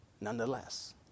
nonetheless